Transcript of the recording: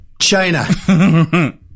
China